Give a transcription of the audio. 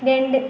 രണ്ട്